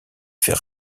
fait